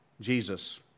Jesus